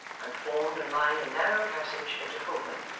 and formed and lined a narrow passage into holborn,